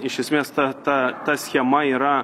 iš esmės ta ta ta schema yra